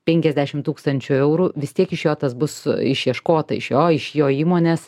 penkiasdešim tūkstančių eurų vis tiek iš jo tas bus išieškota iš jo iš jo įmonės